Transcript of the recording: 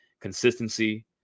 consistency